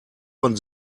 von